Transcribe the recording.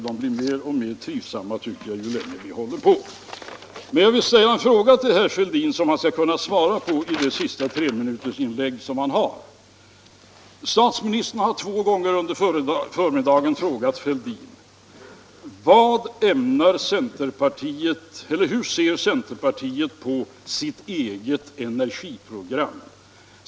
De blir mer och mer trivsamma, tycker jag, ju längre vi håller på. Jag vill ställa en fråga till herr Fälldin, som han skall kunna svara på i det sista treminutersinlägg som han får göra. Statsministern har två gånger under förmiddagen frågat herr Fälldin: Hur ser centerpartiet på sitt eget energiprogram?